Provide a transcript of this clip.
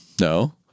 no